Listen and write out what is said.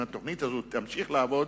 אם התוכנית הזאת תמשיך לעבוד,